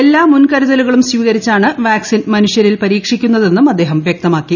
എല്ലാ മുൻകരുതലുകളും സ്വീകരിച്ചാണ് വാക്സിൻ മനുഷ്യരിൽ പരീക്ഷിക്കുന്നതെന്നും അദ്ദേഹം വൃക്തമാക്കി